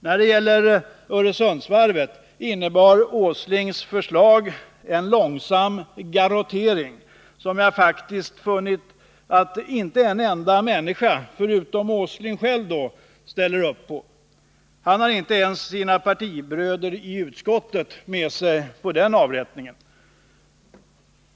När det gäller Öresundsvarvet innebär industriminister Åslings förslag en långsam garrottering. Och jag har faktiskt inte funnit en enda människa, förutom Nils Åsling själv, som ställer upp på denna. Han har inte ens sina partibröder i utskottet med sig på den avrättningen.